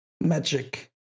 magic